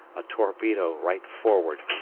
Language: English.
a torpedo right forward,